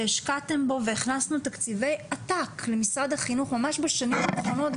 שהשקעתם בו והכנסנו תקציבי עתק למשרד החינוך ממש בשנים האחרונות,